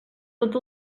tots